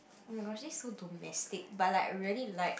oh-my-gosh is home domestic but I really like